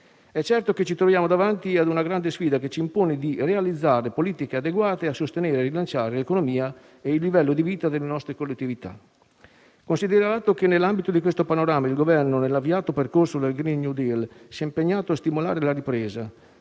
invece, che ci si trova davanti a una grande sfida, che impone di realizzare politiche adeguate a sostenere e rilanciare l'economia e il livello di vita delle collettività; considerato che: in questo contesto il Governo, nell'avviato percorso del *green new deal*, si è impegnato a stimolare la ripresa